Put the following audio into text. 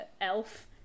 elf